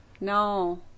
No